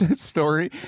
story